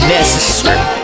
Necessary